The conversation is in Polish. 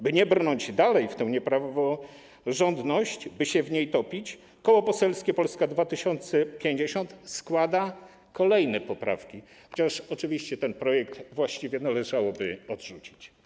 By nie brnąć dalej w tę niepraworządność, by się w niej nie topić, Koło Parlamentarne Polska 2050 składa kolejne poprawki, chociaż oczywiście ten projekt właściwie należałoby odrzucić.